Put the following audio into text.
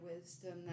wisdom